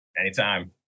Anytime